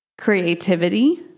creativity